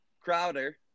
crowder